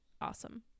awesome